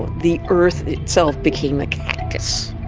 the earth itself became a cactus